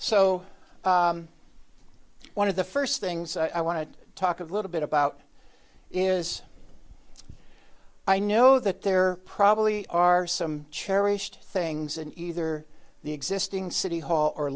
so one of the first things i want to talk of a little bit about is i know that there probably are some cherished things in either the existing city hall or